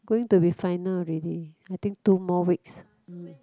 going to be final already I think two more weeks